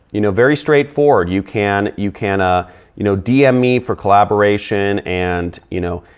you know, very straightforward. you can you can ah you know dm me for collaboration and you know,